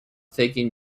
taken